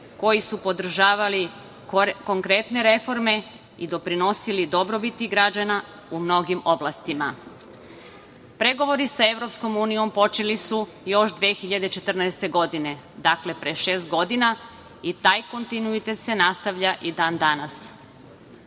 koji su podržavali konkretne reforme i doprinosili dobrobiti građana u mnogim oblastima. Pregovori sa EU počeli su još 2014. godine, dakle pre šest godina, i taj kontinuitet se nastavlja i dan-danas. Vlada